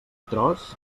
tros